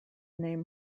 name